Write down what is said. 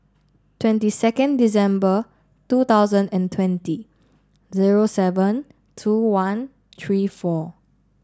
twenty second Dec two thousand and twenty zero seven two one three four